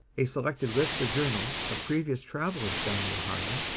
a selected list of journals of previous travelers down the ohio,